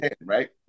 Right